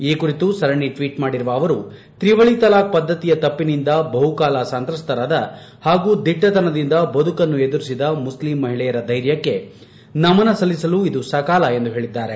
ಈ ಕುರಿತು ಸರಣಿ ಟ್ಲೀಟ್ ಮಾಡಿರುವ ಅವರು ತ್ರಿವಳಿ ತಲಾಖ್ ಪದ್ದತಿಯ ತಪ್ಪಿನಿಂದ ಬಹುಕಾಲ ಸಂತ್ರಸ್ತರಾದ ಹಾಗೂ ದಿಟ್ಟತನದಿಂದ ಬದುಕನ್ನು ಎದುರಿಸಿದ ಮುಸ್ಲಿಂ ಮಹಿಳೆಯರ ಧ್ವೆರ್ಯಕ್ಕೆ ನಮನ ಸಲ್ಲಿಸಲು ಇದು ಸಕಾಲ ಎಂದು ಹೇಳಿದ್ದಾರೆ